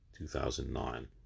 2009